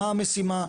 מה המשימה,